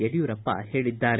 ಯಡಿಯೂರಪ್ಪ ಹೇಳಿದ್ದಾರೆ